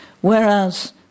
Whereas